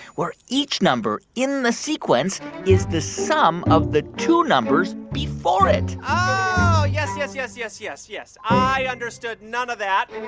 where each number in the sequence is the sum of the two numbers before it yes, yes, yes, yes, yes, yes. i understood none of that.